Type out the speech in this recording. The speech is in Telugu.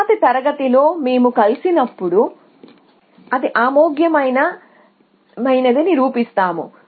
తరువాతి తరగతిలో మేము కలిసినప్పుడు అది ఆమోదయోగ్యమని నిరూపిస్తాము